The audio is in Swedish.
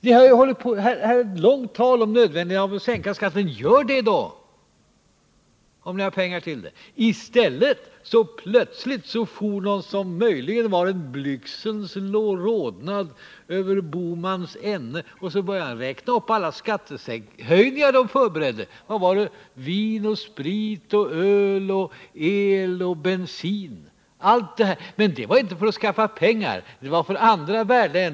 Ni har hållit långa tal om nödvändigheten av att sänka skatterna. Gör det då, om ni har pengar till det. I stället for något som möjligen varen blygselns rodnad över herr Bohmans änne, och så började han räkna uppalla skattehöjningar som förbereddes på vin, sprit, öl, el och bensin. Men de skattehöjningarna sker inte för att skaffa pengar utan för andra ändamål.